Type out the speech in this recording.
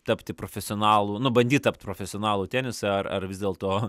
tapti profesionalu nu bandyt tapt profesionalų tenisą ar ar vis dėlto